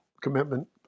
commitment